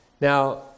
Now